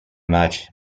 much